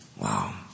Wow